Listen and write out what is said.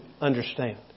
understand